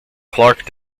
clark